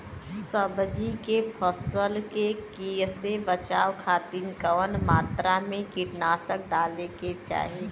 सब्जी के फसल के कियेसे बचाव खातिन कवन मात्रा में कीटनाशक डाले के चाही?